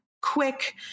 quick